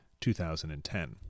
2010